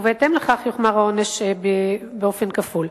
ובהתאם לכך יוחמר העונש ויהיה כפול.